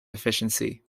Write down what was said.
efficiency